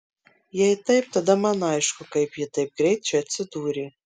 jei taip tada man aišku kaip ji taip greit čia atsidūrė